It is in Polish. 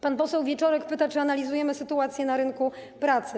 Pan poseł Wieczorek pyta, czy analizujemy sytuację na rynku pracy.